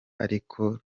ariko